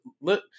look